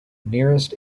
nearest